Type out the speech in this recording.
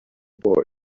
boy